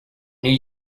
new